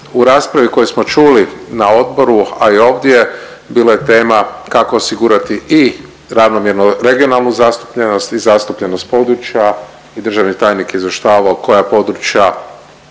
U raspravi koje smo čuli na odboru, a i ovdje bilo je tema kako osigurati i ravnomjernu regionalnu zastupljenost i zastupljenost područja i državni tajnik je izvještavao koja područja